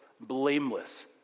blameless